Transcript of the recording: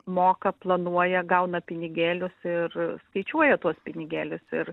moka planuoja gauna pinigėlius ir skaičiuoja tuos pinigėlius ir